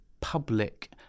public